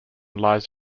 lies